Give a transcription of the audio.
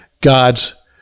God's